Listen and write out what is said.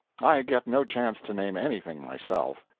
i get no chance to name anything myself.